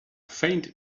faint